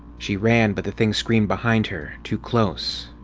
she ran, but the thing screamed behind her, too close.